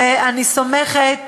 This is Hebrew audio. ואני סומכת